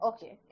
Okay